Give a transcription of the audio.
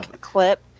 clip